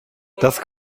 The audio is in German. das